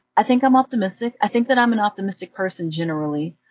i think i'm optimistic. i think that i'm an optimistic person generally.